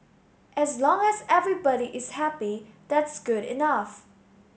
as long as everybody is happy that's good enough